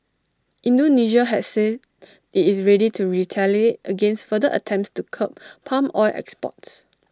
Indonesia has said IT is ready to retaliate against further attempts to curb palm oil exports